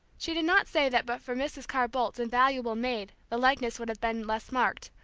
she did not say that but for mrs. carr-bolt's invaluable maid the likeness would have been less marked,